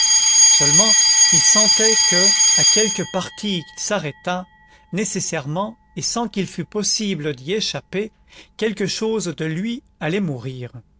seulement il sentait que à quelque parti qu'il s'arrêtât nécessairement et sans qu'il fût possible d'y échapper quelque chose de lui allait mourir